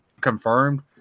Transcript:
confirmed